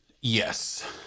Yes